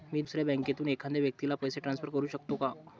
मी दुसऱ्या बँकेतून एखाद्या व्यक्ती ला पैसे ट्रान्सफर करु शकतो का?